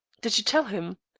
did you tell him?